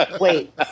wait